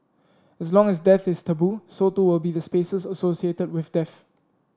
as long as death is taboo so too will be the spaces associated with death